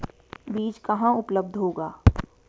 बीज कहाँ उपलब्ध होगा?